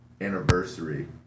anniversary